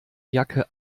jacke